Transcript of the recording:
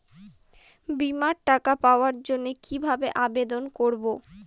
বিমার টাকা পাওয়ার জন্য কিভাবে আবেদন করব?